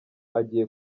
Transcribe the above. agiye